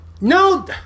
No